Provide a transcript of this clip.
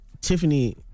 Tiffany